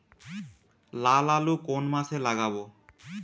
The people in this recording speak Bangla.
লাল আলু কোন মাসে লাগাব?